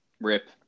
Rip